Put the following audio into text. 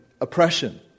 oppression